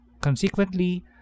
Consequently